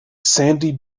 sandy